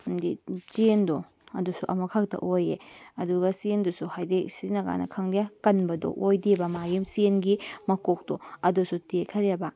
ꯍꯥꯏꯗꯤ ꯆꯦꯟꯗꯣ ꯑꯗꯨꯁꯨ ꯑꯃꯈꯛꯇ ꯑꯣꯏꯌꯦ ꯑꯗꯨꯒ ꯆꯦꯟꯗꯨꯁꯨ ꯍꯥꯏꯗꯤ ꯁꯤꯖꯤꯟꯅ ꯀꯥꯟꯗ ꯈꯪꯗꯦ ꯀꯟꯕꯗꯣ ꯑꯣꯏꯗꯦꯕ ꯃꯥꯒꯤ ꯆꯦꯟꯒꯤ ꯃꯀꯣꯛꯇꯣ ꯑꯗꯨꯁꯨ ꯇꯦꯛꯈꯔꯦꯕ